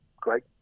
great